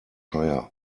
higher